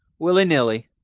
willy-nilly,